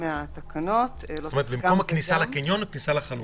לעשות את זה רק בכניסה לקניון ולא בכניסה לחנות.